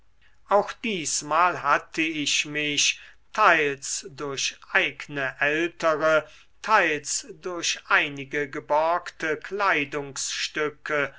auch diesmal hatte ich mich teils durch eigne ältere teils durch einige geborgte kleidungsstücke